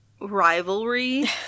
rivalry